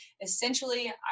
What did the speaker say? essentially